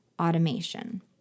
automation